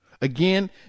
Again